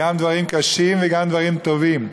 גם דברים קשים וגם דברים טובים.